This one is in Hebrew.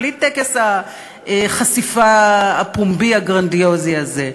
בלי טקס החשיפה הפומבי הגרנדיוזי הזה,